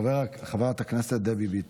חברת הכנסת דבי ביטון.